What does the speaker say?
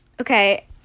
okay